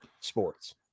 sports